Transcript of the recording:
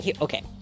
Okay